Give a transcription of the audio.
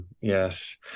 Yes